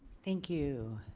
thank you.